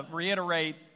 reiterate